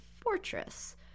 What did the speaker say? fortress